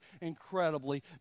incredibly